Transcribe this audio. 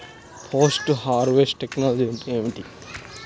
Post harvest technology అంటే ఏమిటి?